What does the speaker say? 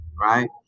right